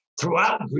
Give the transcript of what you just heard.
throughout